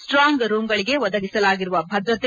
strong ರೂಂಗಳಗೆ ಒದಗಿಸಲಾಗಿರುವ ಭದ್ರತೆ